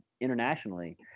internationally